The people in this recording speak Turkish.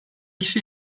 kişi